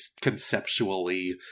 conceptually